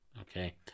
Okay